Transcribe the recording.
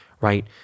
right